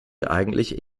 eigentlich